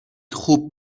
خوب